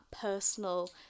personal